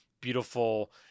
beautiful